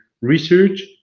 research